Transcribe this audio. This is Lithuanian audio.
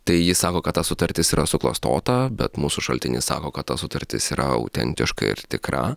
tai jis sako kad ta sutartis yra suklastota bet mūsų šaltinis sako kad ta sutartis yra autentiška ir tikra